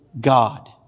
God